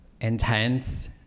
intense